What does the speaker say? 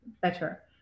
better